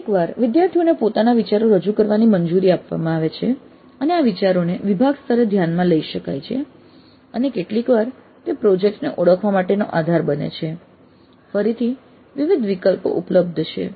કેટલીકવાર વિદ્યાર્થીઓને પોતાના વિચારો રજૂ કરવાની મંજૂરી આપવામાં આવે છે અને આ વિચારોને વિભાગ સ્તરે ધ્યાનમાં લઈ શકાય છે અને કેટલીકવાર તે પ્રોજેક્ટ ને ઓળખવા માટેનો આધાર બને છે ફરીથી વિવિધ વિકલ્પો ઉપલબ્ધ છે